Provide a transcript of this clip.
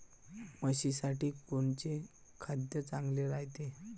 म्हशीसाठी कोनचे खाद्य चांगलं रायते?